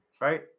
Right